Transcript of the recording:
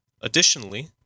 Additionally